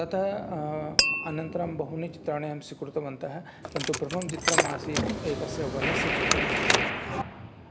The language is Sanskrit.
ततः अनन्तरं बहूनि चित्राणि अहं स्वीकृतवन्तः किन्तु प्रथमं चित्रं आसीत् एकस्य वनस्य चित्रं आसीत्